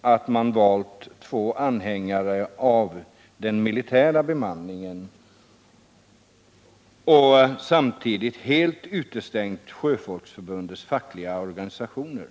att man till utredare har valt två anhängare av den militära bemanningen och samtidigt helt utestängt sjöfolkets fackliga organisationer.